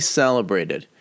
celebrated